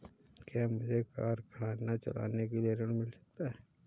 क्या मुझे कारखाना चलाने के लिए ऋण मिल सकता है?